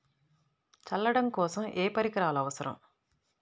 చల్లడం కోసం ఏ పరికరాలు అవసరం?